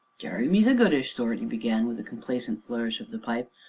jeremy is a good-ish sort, he began, with a complacent flourish of the pipe,